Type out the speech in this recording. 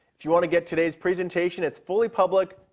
if you want to get today's presentation, it's fully public,